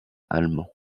allemand